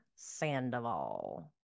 sandoval